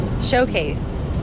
showcase